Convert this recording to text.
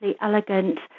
elegant